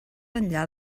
enllà